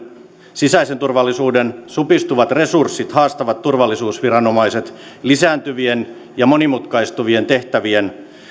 sisäisen turvallisuuden supistuvat resurssit haastavat turvallisuusviranomaiset lisääntyvien ja monimutkaistuvien tehtävien